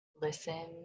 listen